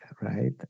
right